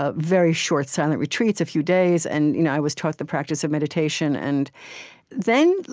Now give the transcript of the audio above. ah very short, silent retreats, a few days, and you know i was taught the practice of meditation. and then,